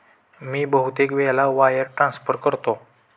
मी बहुतेक वेळा wire transfer करतो